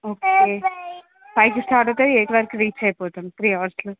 okay ఫైవ్కి start అవుతుంది eight వరకు రీచ్ అయిపోతుంది త్రీ అవర్స్లో